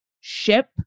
ship